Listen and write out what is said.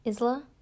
Isla